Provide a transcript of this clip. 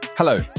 Hello